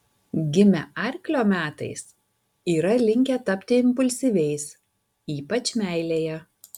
gimę arklio metais yra linkę tapti impulsyviais ypač meilėje